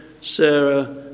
Sarah